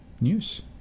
news